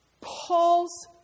Paul's